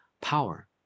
power